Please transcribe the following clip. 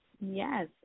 Yes